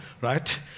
right